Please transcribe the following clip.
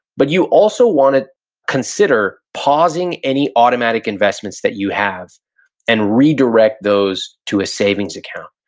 but you also wanna consider pausing any automatic investments that you have and redirect those to a savings account.